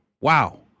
Wow